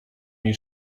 jej